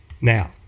Now